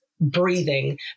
breathing